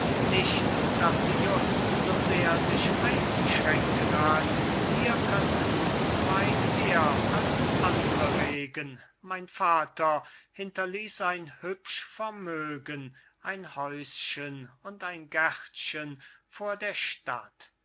nicht daß sie just so sehr sich einzuschränken hat wir könnten uns weit eh'r als andre regen mein vater hinterließ ein hübsch vermögen ein häuschen und ein gärtchen vor der stadt